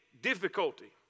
difficulty